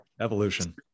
evolution